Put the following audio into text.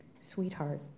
Sweetheart